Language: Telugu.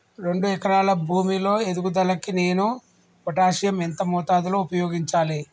రెండు ఎకరాల భూమి లో ఎదుగుదలకి నేను పొటాషియం ఎంత మోతాదు లో ఉపయోగించాలి?